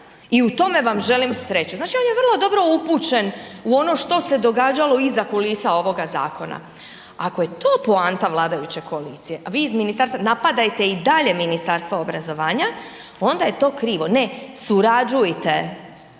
i u tome vam želim sreću. Znači on je vrlo dobro upućen u ono što se događalo iza kulisa ovoga zakona. Ako je to poanta vladajuće koalicije, a vi iz ministarstva, napadajte i dalje Ministarstvo obrazovanja, onda je to krivo. Ne, surađujte.